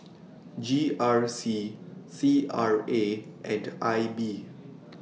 G R C C R A and I B